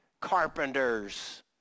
carpenters